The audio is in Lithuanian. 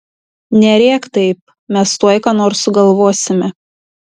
nerėk taip mes tuoj ką nors sugalvosime